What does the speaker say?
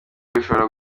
bishobora